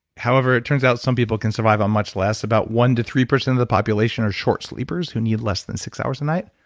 however, it turns out some people can survive on much less. about one to three percent of the population are short sleepers who need less than six hours a night.